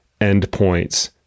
endpoints